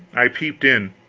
i peeped in.